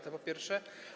To po pierwsze.